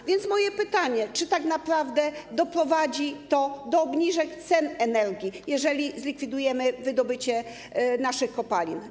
A więc moje pytanie brzmi: Czy naprawdę doprowadzi to do obniżek cen energii, jeżeli zlikwidujemy wydobycie naszych kopalin?